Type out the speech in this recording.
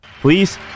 Please